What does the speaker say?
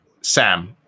Sam